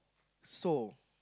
so